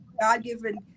God-given